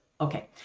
okay